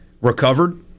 recovered